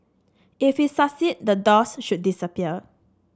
if we succeed the doors should disappear